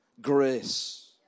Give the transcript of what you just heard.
grace